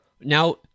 Now